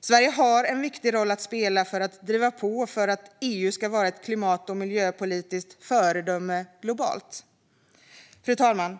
Sverige har en viktig roll att spela för att driva på för att EU ska vara ett klimat och miljöpolitiskt föredöme globalt. Fru talman!